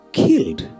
killed